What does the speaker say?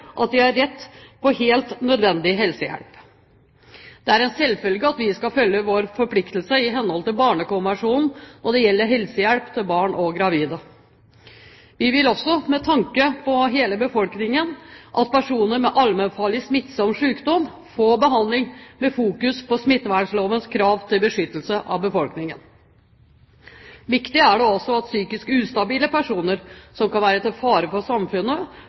at de har rett til helt nødvendig helsehjelp. Det er en selvfølge at vi skal følge opp vår forpliktelse i henhold til Barnekonvensjonen når det gjelder helsehjelp til barn og gravide. Vi vil også med tanke på hele befolkningen at personer med allmennfarlig smittsom sykdom skal få behandling med fokus på smittevernlovens krav til beskyttelse av befolkningen. Viktig er det også at psykisk ustabile personer som kan være til fare for samfunnet,